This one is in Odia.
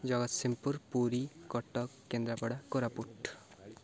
ଜଗତସିଂହପୁର ପୁରୀ କଟକ କେନ୍ଦ୍ରାପଡ଼ା କୋରାପୁଟ